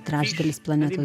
trečdalis planetos